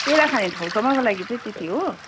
पेडा खाने ठाउँसम्मको लागि चाहिँ त्यति हो